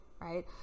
Right